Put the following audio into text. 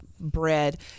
Bread